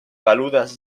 peludes